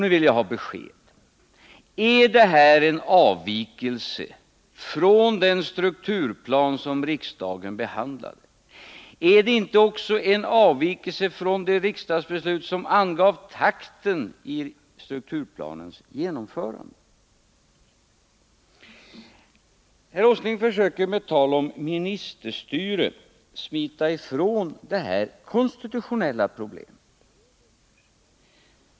Nu vill jag ha besked: Är inte det här en avvikelse från den strukturplan som riksdagen beslutat? Är det inte också en avvikelse från det riksdagsbeslut som angav takten för strukturplanens genomförande? Herr Åsling försöker med tal om ministerstyrelse smita ifrån detta konstitutionella problem.